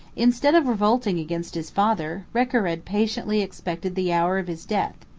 instead of revolting against his father, recared patiently expected the hour of his death.